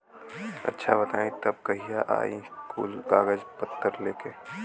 अच्छा बताई तब कहिया आई कुल कागज पतर लेके?